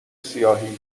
سیاهی